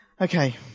Okay